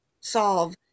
solve